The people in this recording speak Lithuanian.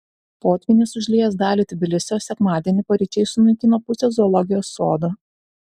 potvynis užliejęs dalį tbilisio sekmadienį paryčiais sunaikino pusę zoologijos sodo